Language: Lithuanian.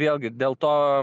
vėlgi dėl to